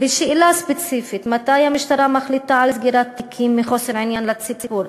בשאלה ספציפית: מתי המשטרה מחליטה על סגירת תיקים מחוסר עניין לציבור?